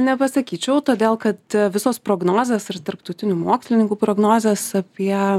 nepasakyčiau todėl kad visos prognozės ir tarptautinių mokslininkų prognozės apie